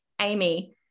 Amy